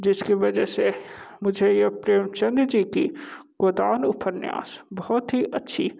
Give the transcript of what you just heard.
जिसकी वजह से मुझे यह प्रेमचंद जी की गोदान उपन्यास बहुत ही अच्छी